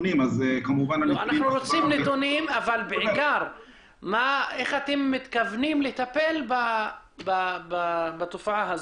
אנחנו רוצים לשמוע נתונים אבל יותר איך אתם מתכוונים לטפל בתופעה הזו.